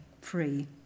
free